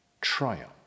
triumph